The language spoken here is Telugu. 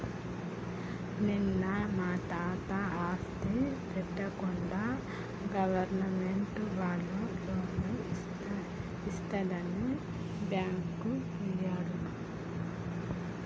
నిన్న మా తాత ఆస్తి పెట్టకుండా గవర్నమెంట్ వాళ్ళు లోన్లు ఇస్తుందని బ్యాంకుకు పోయిండు